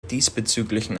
diesbezüglichen